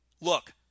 Look